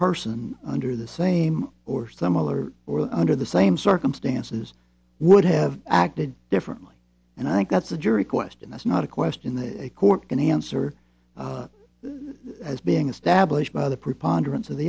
person under the same or similar or under the same circumstances would have acted differently and i think that's a jury question that's not a question that a court can answer as being established by the preponderance of